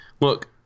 Look